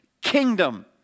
kingdom